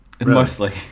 mostly